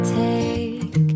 take